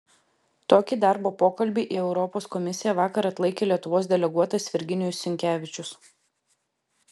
tokį darbo pokalbį į europos komisiją vakar atlaikė lietuvos deleguotas virginijus sinkevičius